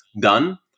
done